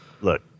Look